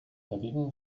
dagegen